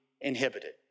inhibited